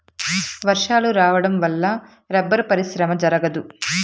వర్షాలు రావడం వల్ల రబ్బరు పరిశ్రమ జరగదు